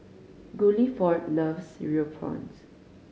Guilford loves Cereal Prawns